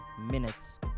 minutes